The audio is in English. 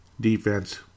defense